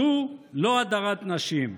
זו לא הדרת נשים.